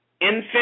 infant